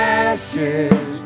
ashes